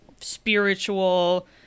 spiritual